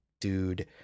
dude